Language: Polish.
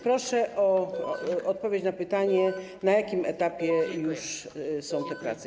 Proszę o odpowiedź na pytanie, na jakim etapie już są te prace.